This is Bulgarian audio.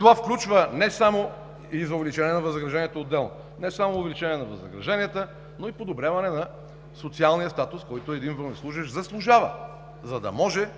(Реплика.) И за увеличение на възнагражденията отделно. Това включва не само увеличение на възнагражденията, но и подобряване на социалния статус, който всеки военнослужещ заслужава, за да може